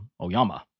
Oyama